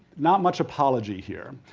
not much apology here.